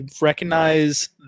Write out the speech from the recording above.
recognize